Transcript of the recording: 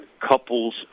couples